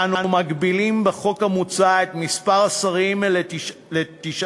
ואנו מגבילים בחוק המוצע את מספר השרים ל-19,